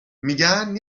میگن